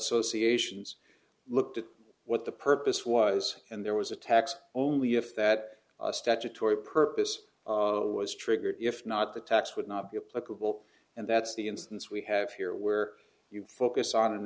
associations looked at what the purpose was and there was a tax only if that statutory purpose was triggered if not the tax would not be a pleasurable and that's the instance we have here where you focus on a